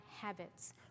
habits